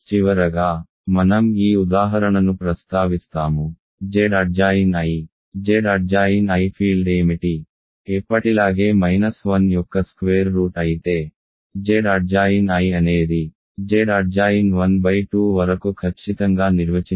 చివరగా మనం ఈ ఉదాహరణను ప్రస్తావిస్తాము Z adjoin i Z adjoin i field ఏమిటి ఎప్పటిలాగే మైనస్ 1 యొక్క స్క్వేర్ రూట్ అయితే Z అడ్జాయిన్ i అనేది Z అడ్జాయిన్ 1 2 వరకు ఖచ్చితంగా నిర్వచించబడుతుంది